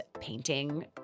painting